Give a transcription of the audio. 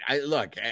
Look